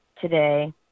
today